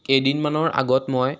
কেইদিনমানৰ আগত মই